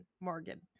Morgan